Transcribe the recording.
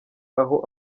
aho